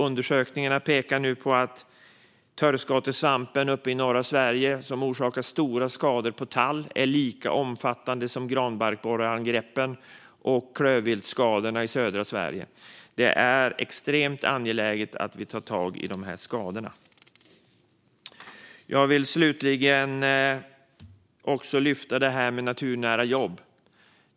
Undersökningarna pekar nu på att törskatesvampen, som orsakar stora skador på tall i norra Sverige, är lika omfattande som granbarkborreangreppen och klövviltskadorna i södra Sverige. Det är extremt angeläget att vi tar tag i de skadorna. Slutligen vill jag lyfta det här med naturnära jobb.